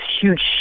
huge